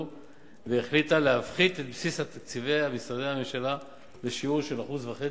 והחליטה להפחית את בסיס תקציבי משרדי הממשלה בשיעור של 1.5%